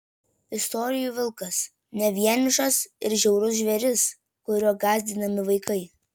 istorijų vilkas ne vienišas ir žiaurus žvėris kuriuo gąsdinami vaikai